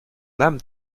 âme